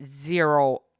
zero